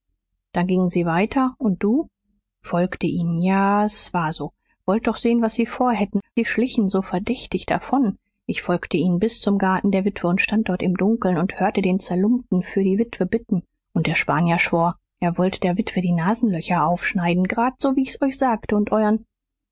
dann gingen sie weiter und du folgte ihnen ja s war so wollt doch sehen was sie vorhätten sie schlichen so verdächtig davon ich folgte ihnen bis zum garten der witwe und stand dort im dunkeln und hörte den zerlumpten für die witwe bitten und der spanier schwor er wollt der witwe die nasenlöcher aufschneiden gerade so wie ich's euch sagte und euren